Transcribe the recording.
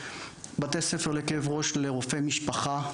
בתי ספר לכאב רופא לרופאי משפחה.